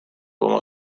oma